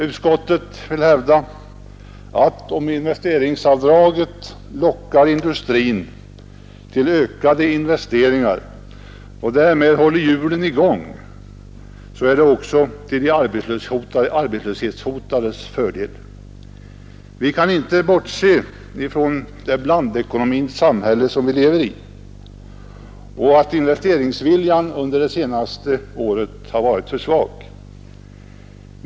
Utskottet vill hävda att om investeringsavdraget lockar industrin till ökade investeringar och därmed håller hjulen i gång, så är det också till de arbetslöshetshotades fördel. Vi kan inte bortse från det blandekonomins samhälle som vi lever i och att investeringsviljan under det senaste året har varit för svag.